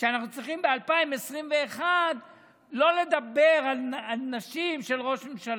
שאנחנו צריכים ב-2021 לא לדבר על נשים של ראש ממשלה.